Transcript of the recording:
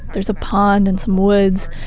there's a pond and some woods,